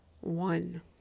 One